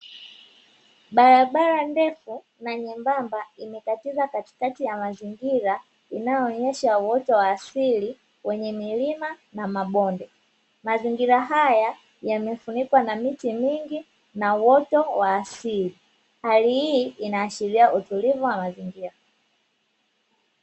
Barabara ndefu na nyembamba imekatiza katikati ya mazingira inyoonyesha uoto wa asili wenye milima na mabonde. Mazingira haya yamefunikwa na miti mingi na uoto wa asili, hali hii inaashiria utulivu wa mazingira.